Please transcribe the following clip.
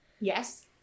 Yes